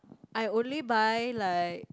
I only buy like